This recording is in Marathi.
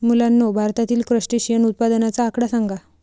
मुलांनो, भारतातील क्रस्टेशियन उत्पादनाचा आकडा सांगा?